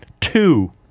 Two